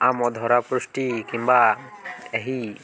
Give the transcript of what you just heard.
ଆମ ଧରାପୃଷ୍ଠ କିମ୍ବା ଏହି